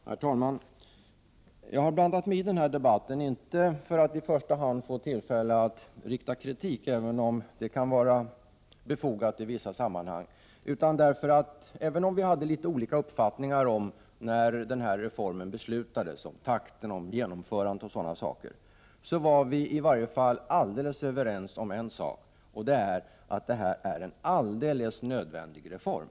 Herr talman! Jag har inte blandat mig i denna debatt i första hand för att få tillfälle att rikta kritik, även om det kan vara befogat i vissa sammanhang. Även om vi hade litet olika uppfattningar om takten, genomförandet osv. när reformen beslutades, var vi alldeles överens om en sak, nämligen att detta är en nödvändig reform.